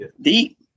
Deep